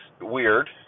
weird